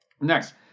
next